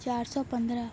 چار سو پندرہ